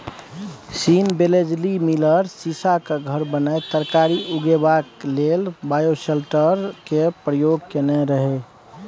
scene Wellesley Miller सीशाक घर बनाए तरकारी उगेबाक लेल बायोसेल्टर केर प्रयोग केने रहय